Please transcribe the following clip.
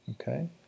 okay